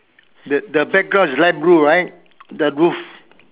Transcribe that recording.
the the background is light blue right the roof